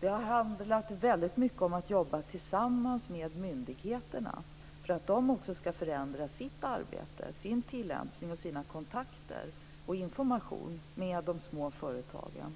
Det har handlat väldigt mycket om att jobba tillsammans med myndigheterna för att de också ska förändra sitt arbete, sin tillämpning, sina kontakter och sin information till de små företagen.